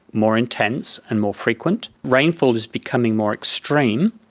more intense and more frequent. rainfall is becoming more extreme,